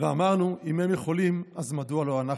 ואמרנו: אם הם יכולים, אז מדוע לא אנחנו?